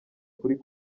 kuri